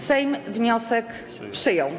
Sejm wniosek przyjął.